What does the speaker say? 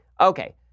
Okay